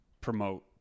promote